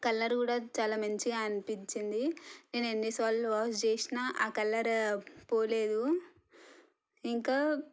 colour కూడా చాలా మంచిగా అనిపించింది నేను ఎన్నిసార్లు వాష్ చేసినా ఆ కలర్ పోలేదు ఇంకా